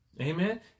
Amen